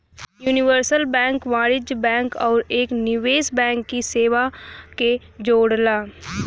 universal bank वाणिज्यिक bank आउर एक निवेश बैंक की सेवा के जोड़ला